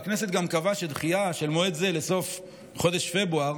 והכנסת גם קבעה שדחייה של מועד זה לסוף חודש פברואר